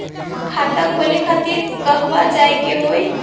खाता खोले खातिर कहवा जाए के होइ?